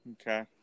Okay